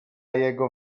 jego